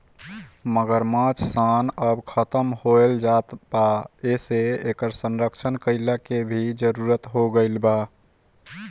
मगरमच्छ सन अब खतम होएल जात बा एसे इकर संरक्षण कईला के भी जरुरत हो गईल बा